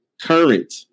Current